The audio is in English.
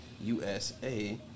USA